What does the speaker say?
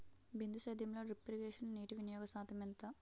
బిందు సేద్యంలో drip irrigation నీటివినియోగ శాతం ఎంత?